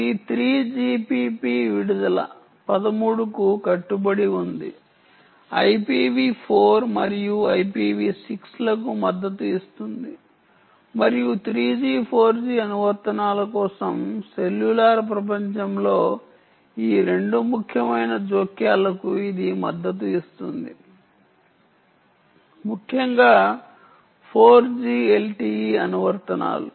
ఇది 3GPP విడుదల 13 కు కట్టుబడి ఉంటుంది IPV4 మరియు IPV6 లకు మద్దతు ఇస్తుంది మరియు 3G 4G అనువర్తనాల కోసం సెల్యులార్ ప్రపంచంలో ఈ 2 ముఖ్యమైన జోక్యాలకు ఇది మద్దతు ఇస్తుంది ముఖ్యంగా 4G LTE అనువర్తనాలు